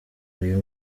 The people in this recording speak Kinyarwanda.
uyu